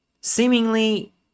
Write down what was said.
seemingly